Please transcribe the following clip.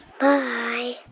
Bye